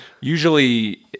usually